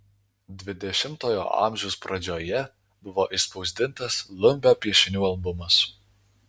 dvidešimtojo amžiaus pradžioje buvo išspausdintas lumbio piešinių albumas